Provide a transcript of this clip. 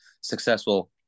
successful